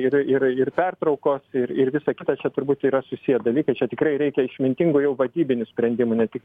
ir ir ir pertraukos ir ir visa kita čia turbūt yra susiję dalykai čia tikrai reikia išmintingų jau vadybinių sprendimų ne tik